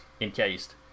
encased